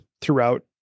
throughout